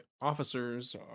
officers